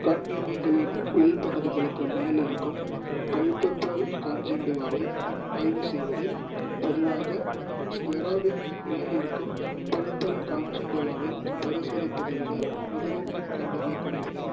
கண் இமைகளின் உள் பகுதிகளுக்கு மேல் இருக்கும் பல்பெப்ரல் கான்ஜென்டிவாவை ஆய்வு செய்வது பொதுவாக ஸ்க்லெராவின் மேல் இருக்கும் பல்பல் கான்ஜென்டிவாவை பரிசோதிப்பதை விட மிகவும் கண்டறியக்கூடியது